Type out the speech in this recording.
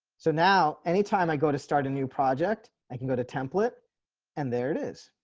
so now, anytime i go to start a new project, i can go to template and there it is.